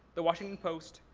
the washington post,